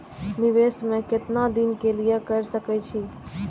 निवेश में केतना दिन के लिए कर सके छीय?